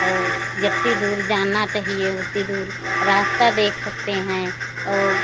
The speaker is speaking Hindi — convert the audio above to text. और जितनी दूरी जाना चाहिए उतनी दूरी रास्ता देख सकते हैं और